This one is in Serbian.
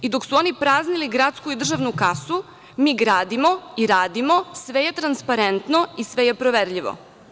Dok su oni praznili gradsku i državnu kasu, mi gradimo i radimo, sve je transparentno i sve je proverljivo.